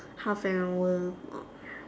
half an hour